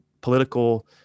political